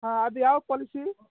ಹಾಂ ಅದು ಯಾವ ಪಾಲಿಸಿ